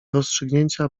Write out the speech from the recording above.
rozstrzygnięcia